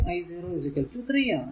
5 i 0 3 ആണ്